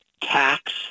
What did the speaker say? tax